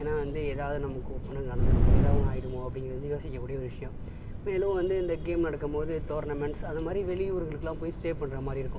ஏனால் வந்து ஏதாவது நமக்கு நடத்துடுமோ ஏதாவது ஒன்று ஆயிடுமோ அப்படிங்கிறது வந்து யோசிக்க கூடிய ஒரு விஷயோம் மேலும் வந்து இந்த கேம் நடக்கும்போது டோர்னமெண்ட்ஸ் அதுமாதிரி வெளியூர்களுக்குலாம் போய் ஸ்டே பண்ணுறாமாரி இருக்கும்